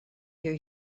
you